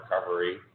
recovery